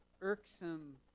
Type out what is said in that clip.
irksome